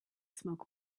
smoke